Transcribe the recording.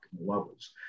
levels